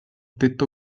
tetto